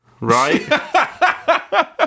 right